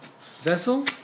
vessel